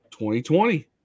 2020